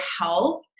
health